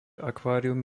akvárium